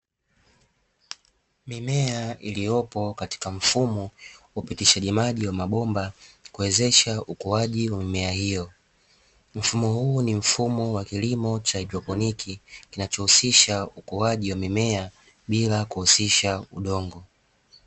Mimea iliyopo katika mfumo wa upitishaji maji wa mabomba kuwezesha ukuaji wa mimea hiyo, mfumo huu ni mfumo wa kilimo cha haidroponiki kinachousisha ukuaji wa mimea bila kuusisha udongo.